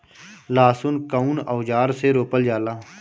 लहसुन कउन औजार से रोपल जाला?